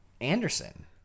Anderson